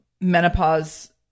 menopause